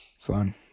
Fun